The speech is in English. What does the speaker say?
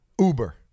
Uber